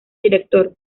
director